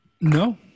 no